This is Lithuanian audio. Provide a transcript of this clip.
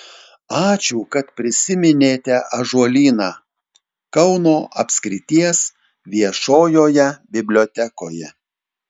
ačiū kad prisiminėte ąžuolyną kauno apskrities viešojoje bibliotekoje